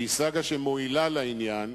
שהיא סאגה שמועילה לעניין,